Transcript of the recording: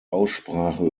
aussprache